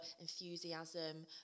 enthusiasm